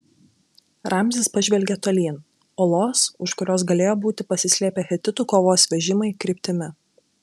ramzis pažvelgė tolyn uolos už kurios galėjo būti pasislėpę hetitų kovos vežimai kryptimi